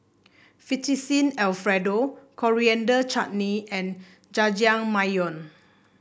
Fettuccine Alfredo Coriander Chutney and Jajangmyeon